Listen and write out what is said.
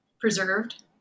preserved